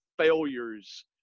failures